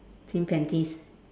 pink panties